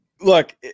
Look